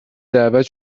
دعوت